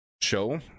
show